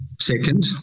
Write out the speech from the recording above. Second